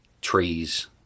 trees